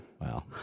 Wow